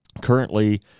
Currently